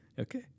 Okay